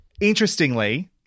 Interestingly